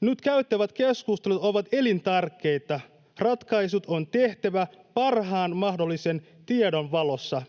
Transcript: Nyt käytävät keskustelut ovat elintärkeitä. Ratkaisut on tehtävä parhaan mahdollisen tiedon valossa.